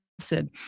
acid